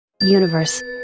Universe